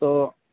तो